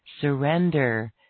surrender